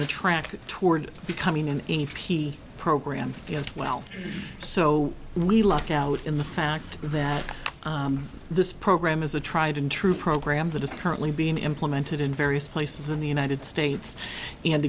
the track toward becoming an a p program as well so we lucked out in the fact that this program is a tried and true program that is currently being implemented in various places in the united states and